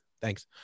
Thanks